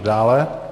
Dále.